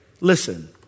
listen